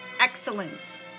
excellence